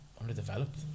underdeveloped